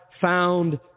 found